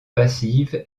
passive